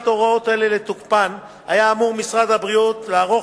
ההוראות האלה לתוקפן היה אמור משרד הבריאות לערוך